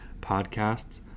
podcasts